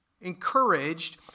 encouraged